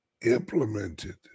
implemented